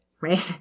Right